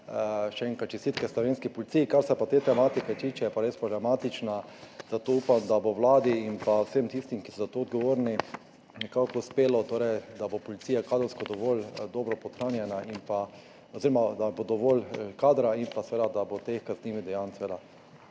še enkrat čestitke slovenski policiji. Kar se pa te tematike tiče, je res problematična, zato upam, da bo Vladi in vsem tistim, ki so za to odgovorni, nekako uspelo, da bo policija kadrovsko dovolj dobro nahranjena oziroma da bo dovolj kadra in da bo seveda teh kaznivih dejanj manj.